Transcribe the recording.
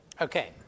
Okay